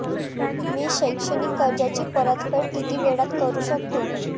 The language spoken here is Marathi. मी शैक्षणिक कर्जाची परतफेड किती वेळात करू शकतो